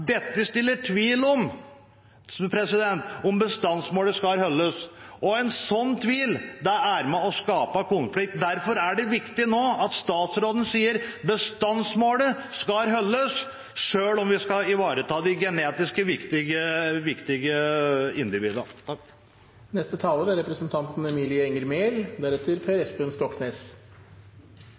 Dette skaper tvil om bestandsmålet skal overholdes. En slik tvil er med på å skape konflikt. Derfor er det viktig at statsråden nå sier at bestandsmålet skal overholdes, selv om vi skal ivareta de genetisk viktige